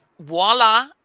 Voila